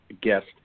guest